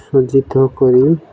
ସଞ୍ଚିତ କରି